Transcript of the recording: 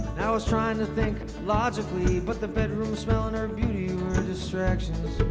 i was trying to think logically but the bedroom smell and her beauty were distractions